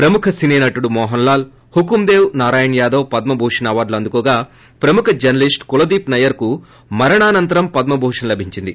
ప్రముఖ సినీ నటుడు మోహన్లాల్ హకుందేవ్ నారాయణ్ యాదవ్ పద్మేభూషణ్ అవారులను అందుకోగా ప్రముఖ జర్సలీస్లు కుల్దీప్ నయ్యర్ కు మరణానంతరం పద్మభూషణ్ లభించింది